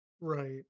Right